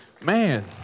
Man